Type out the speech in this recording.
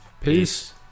Peace